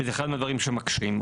זה אחד הדברים שמקשים.